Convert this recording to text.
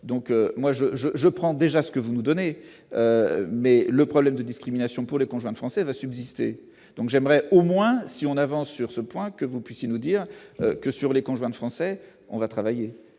je, je, je prends déjà ce que vous nous donnez, mais le problème de discrimination pour les conjoints de Français va subsister, donc j'aimerais au moins si on avance sur ce point que vous puissiez nous dire que sur les conjoints de Français, on va travailler